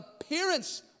appearance